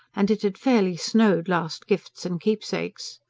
and it had fairly snowed last gifts and keepsakes.